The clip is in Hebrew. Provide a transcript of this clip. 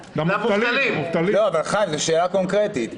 אבל חיים, זאת שאלה קונקרטית.